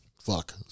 Fuck